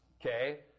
okay